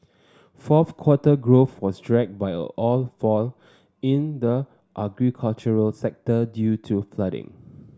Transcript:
fourth quarter growth was dragged by all fall in the agricultural sector due to flooding